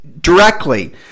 directly